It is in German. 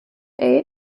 age